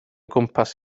gwmpas